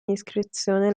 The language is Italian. iscrizione